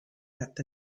that